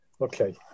Okay